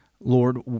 Lord